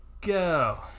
go